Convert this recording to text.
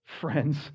friends